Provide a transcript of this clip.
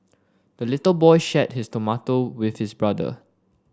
the little boy shared his tomato with his brother